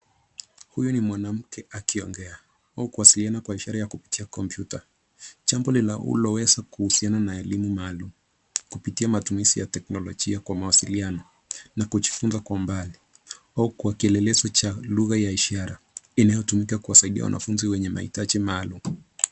Huyu ni mwanamke akiongea au kuwasiliana kwa ishara ya kupitia kompyuta. Jambo linaloweza kuhusiana na elimu maalum kupitia matumizi ya teknolojia kwa mawasiliano na kujifunza kwa umbali au kwa kielelezo cha lugha ya ishara inayotumika kuwasaidia wanafunzi wenye mahitaji maalum.